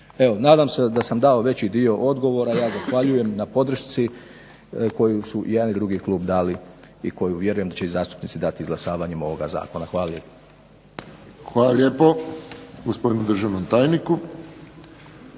Evo, nadam se da sam dao veći dio odgovora. Ja zahvaljujem na podršci koju su jedan i drugi klub dali i koju vjerujem da će i zastupnici dati izglasavanjem ovoga zakona. Hvala lijepa. **Friščić, Josip